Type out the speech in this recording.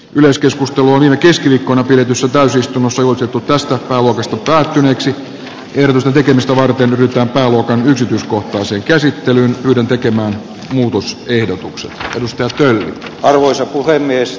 yleiskeskustelua viime keskiviikkona pidetyssä tarkoitus tehdä ehdotuksia muuten on yksi keinosen tekemistä varten yhteen taulukkoon yksityiskohtaisen käsittelyn pyrin tekemään muutos ehdotukset kiistelty arvoisa puhemies